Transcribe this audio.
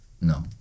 no